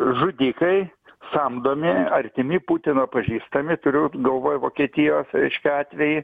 žudikai samdomi artimi putino pažįstami turiu galvoj vokietijos reiškia atvejį